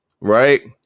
Right